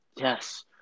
Yes